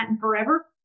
forever